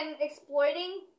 exploiting